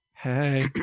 hey